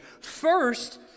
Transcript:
First